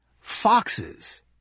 foxes